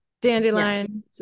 dandelion